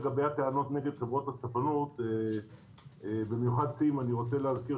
לגבי הטענות נגד חברות הספנות אני רוצה להזכיר